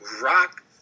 Rock